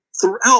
throughout